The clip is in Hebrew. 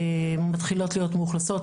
הן מתחילות להיות מאוכלסות.